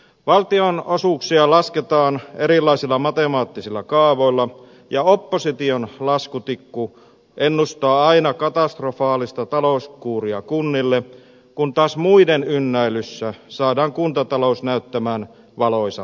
valtionosuuksia lasketaan erilaisilla matemaattisilla kaavoilla ja opposition laskutikku ennustaa aina katastrofaalista talouskuuria kunnille kun taas muiden ynnäilyssä saadaan kuntatalous näyttämään valoisammalta